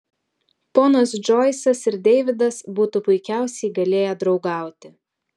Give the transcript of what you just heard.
ponas džoisas ir deividas būtų puikiausiai galėję draugauti